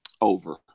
Over